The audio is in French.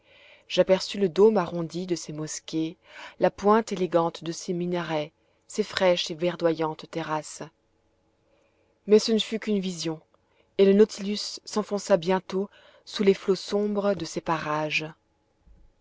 j'aperçus le dôme arrondi de ses mosquées la pointe élégante de ses minarets ses fraîches et verdoyantes terrasses mais ce ne fut qu'une vision et le nautilus s'enfonça bientôt sous les flots sombres de ces parages